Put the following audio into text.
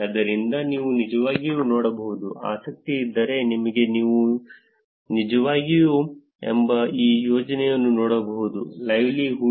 ಆದ್ದರಿಂದ ನೀವು ನಿಜವಾಗಿ ನೋಡಬಹುದು ಆಸಕ್ತಿಯಿದ್ದರೆ ನಿಮಗೆನೀವು ನಿಜವಾಗಿಯೂಎಂಬ ಈ ಯೋಜನೆಯನ್ನು ನೋಡಬಹುದು livelihoods